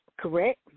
correct